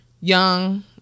Young